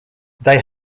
they